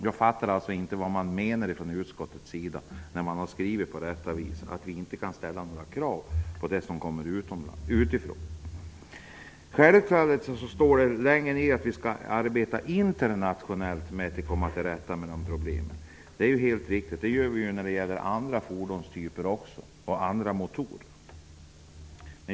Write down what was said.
Jag förstår alltså inte vad utskottet menar med sin skrivning om att vi inte kan ställa krav på det som kommer utifrån. Längre ner i texten står det att vi skall arbeta internationellt när det gäller att komma till rätta med sådana här problem, och det är helt riktigt. Det gör vi ju när det gäller andra fordonstyper och motorer.